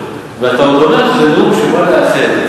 ואתה עוד אומר שזה נאום שבא לאחד.